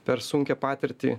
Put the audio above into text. per sunkią patirtį